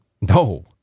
No